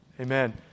amen